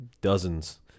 dozens